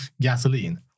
gasoline